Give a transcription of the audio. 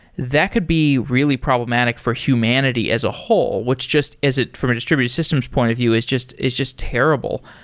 that could be really problematic for humanity as a whole, which just is it from a distributed systems point of view is just is just terrible,